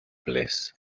bliss